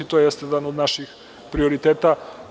To je jedan od naših prioriteta.